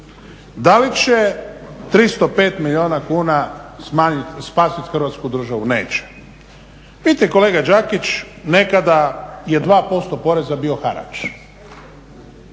Da li će 305 milijuna kuna spasiti Hrvatsku državu? Neće. Vidite kolega Đakić nekada je 2% poreza bio harač.